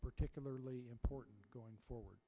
particularly important going forward